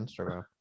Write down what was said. Instagram